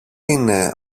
είναι